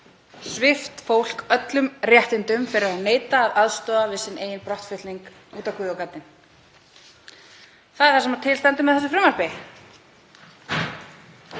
svipt fólk öllum réttindum fyrir að neita að aðstoða við sinn eigin brottflutning út á guð og gaddinn. Þetta er það sem til stendur með þessu frumvarpi.